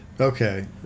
okay